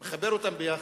אם הייתי מחבר אותם יחד,